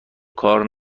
کار